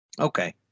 Okay